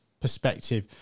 perspective